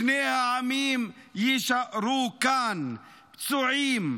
שני העמים יישארו כאן פצועים,